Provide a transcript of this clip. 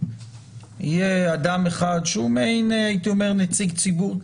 יהיה אדם אחד שהוא מעין הייתי אומר נציג ציבור,